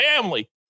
family